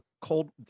cold